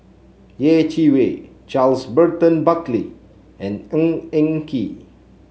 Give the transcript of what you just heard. Yeh Chi Wei Charles Burton Buckley and Ng Eng Kee